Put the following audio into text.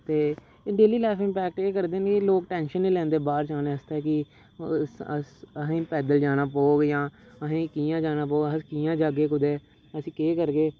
ते daily life impact एह् करदे न कि लोक टैंशन नि लैंदे बाह्र जाने आस्तै कि अस अस असेंगी पैदल जाना पौग जां अहें कियां जाना पौग जां अस कियां जाह्गे कुदै अस केह् करगे